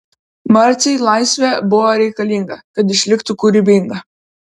marcei laisvė buvo reikalinga kad išliktų kūrybinga